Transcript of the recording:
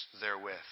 therewith